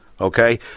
okay